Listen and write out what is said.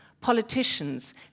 politicians